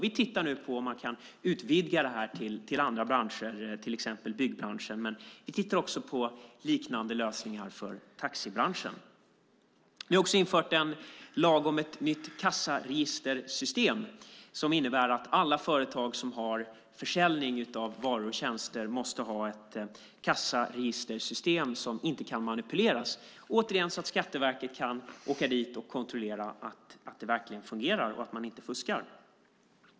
Vi tittar nu på om man kan utvidga det här till andra branscher, till exempel byggbranschen, men vi tittar också på liknande lösningar för taxibranschen. Vi har också infört en lag om ett nytt kassaregistersystem som innebär att alla företag som har försäljning av varor och tjänster måste ha ett kassaregistersystem som inte kan manipuleras, återigen så att Skatteverket kan åka dit och kontrollera att det verkligen fungerar och att man inte fuskar.